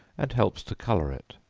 and helps to color it.